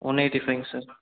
one eighty ஃபைவ்ங்க sir